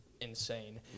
insane